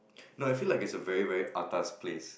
no I feel like it's a very very atas place